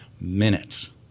minutes